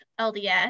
LDS